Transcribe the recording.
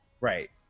Right